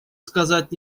сказать